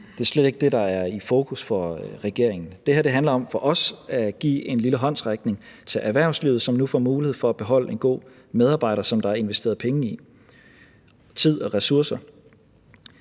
Det er slet ikke det, der er i fokus for regeringen. Det her handler for os om at give en lille håndsrækning til erhvervslivet, som nu får mulighed for at beholde en god medarbejder, som der er investeret penge, tid og ressourcer